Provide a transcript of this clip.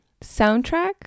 soundtrack